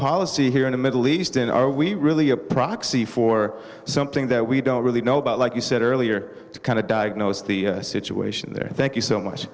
policy here in the middle east and are we really a proxy for something that we don't really know about like you said earlier to kind of diagnose the situation there thank you so much